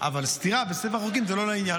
אבל סתירה בספר החוקים היא לא לעניין.